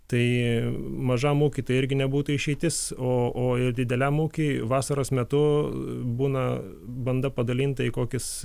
tai mažam ūky tai irgi nebūtų išeitis o o ir dideliam ūky vasaros metu būna banda padalinta į kokius